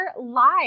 live